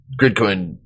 Gridcoin